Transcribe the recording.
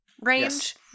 range